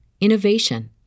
innovation